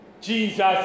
Jesus